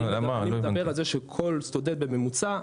אני מדבר על זה שכל סטודנט בממוצע,